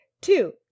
two